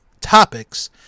topics